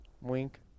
wink